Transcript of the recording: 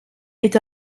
est